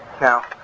Now